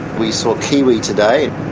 we saw kiwi today.